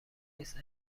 نیست